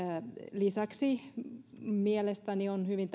lisäksi mielestäni on hyvin